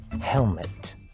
Helmet